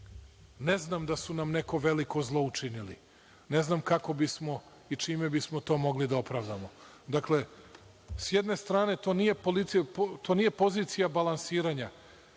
ne znam da su nam neko veliko zlo učinili. Ne znam kako bismo i čime bismo to mogli da opravdamo. Sa jedne strane, to nije pozicija balansiranja.